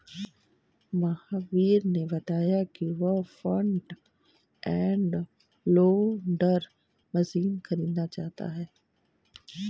महावीर ने बताया कि वह फ्रंट एंड लोडर मशीन खरीदना चाहता है